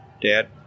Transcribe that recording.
dad